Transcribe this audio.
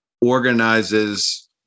organizes